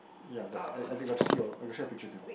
ya but I I they got to see your I got to see your picture too